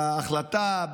בהחלטה,